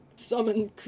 Summon